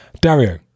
Dario